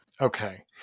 okay